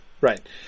right